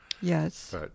Yes